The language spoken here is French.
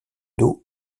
dos